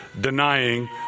denying